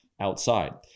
outside